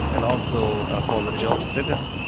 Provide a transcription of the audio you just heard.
and also, ah for the job status,